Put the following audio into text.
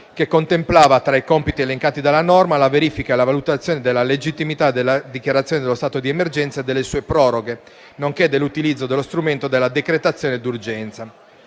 che contemplava, tra i compiti elencati dalla norma, la verifica e la valutazione della legittimità della dichiarazione dello stato di emergenza e delle sue proroghe, nonché dell'utilizzo dello strumento della decretazione d'urgenza.